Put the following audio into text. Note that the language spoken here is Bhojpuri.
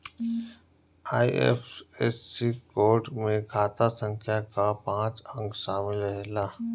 आई.एफ.एस.सी कोड में खाता संख्या कअ पांच अंक शामिल रहेला